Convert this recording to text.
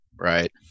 right